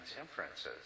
inferences